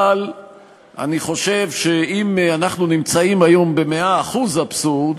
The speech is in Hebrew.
אבל אני חושב שאם אנחנו נמצאים היום ב-100% אבסורד,